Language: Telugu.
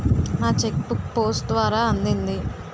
నా చెక్ బుక్ పోస్ట్ ద్వారా అందింది